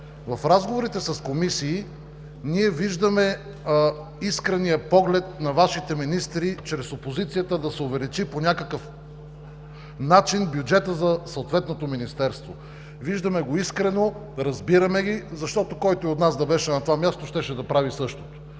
В разговорите с комисии ние виждаме искрения поглед на Вашите министри чрез опозицията да се увеличи по някакъв начин бюджетът за съответното министерство. Виждаме го искрено, разбираме ги, защото който и от нас да беше на това място, щеше да направи същото.